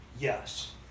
Yes